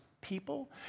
people